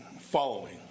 following